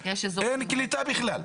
אין קליטה.